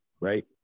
right